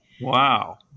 Wow